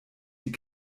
die